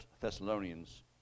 Thessalonians